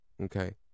Okay